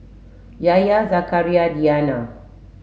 Yahya Zakaria Diana